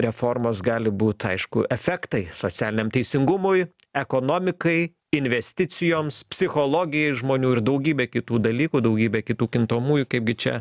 reformos gali būt aišku efektai socialiniam teisingumui ekonomikai investicijoms psichologijai žmonių ir daugybė kitų dalykų daugybė kitų kintamųjų kaipgi čia